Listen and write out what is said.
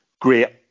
great